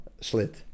slit